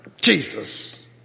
Jesus